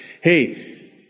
hey